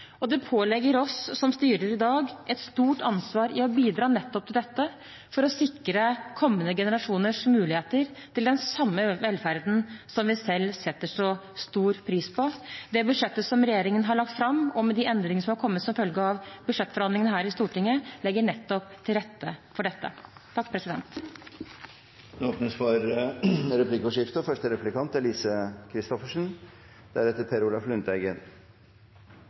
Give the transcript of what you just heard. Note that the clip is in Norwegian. Det pålegger oss som styrer i dag, et stort ansvar for å bidra til dette for å sikre kommende generasjoners muligheter til den samme velferden som vi selv setter så stor pris på. Det budsjettet som regjeringen har lagt fram, og de endringene som har kommet som følge av budsjettforhandlingene her i Stortinget, legger nettopp til rette for dette. Det blir replikkordskifte. I budsjettet for 2018 foreslår regjeringa en midlertidig ordning for fosterforeldre på dagpenger og